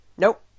Nope